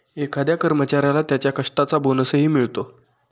एखाद्या कर्मचाऱ्याला त्याच्या कष्टाचा बोनसही मिळतो